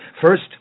First